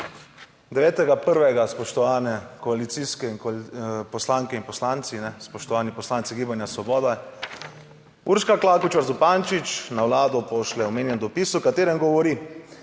9. 1. spoštovane koalicijske poslanke in poslanci, spoštovani poslanci Gibanja Svoboda, Urška Klakočar Zupančič na vlado pošlje omenjen dopis, o katerem govori: